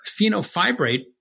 phenofibrate